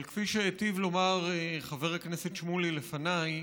אבל כפי שהיטיב לומר חבר הכנסת שמולי לפניי,